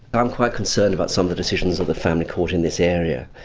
but i'm quite concerned about some of the decisions of the family court in this area.